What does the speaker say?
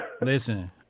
Listen